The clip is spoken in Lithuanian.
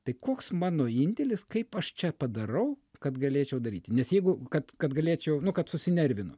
tai koks mano indėlis kaip aš čia padarau kad galėčiau daryti nes jeigu kad kad galėčiau nu kad susinervinu